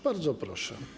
Bardzo proszę.